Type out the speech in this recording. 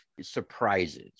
surprises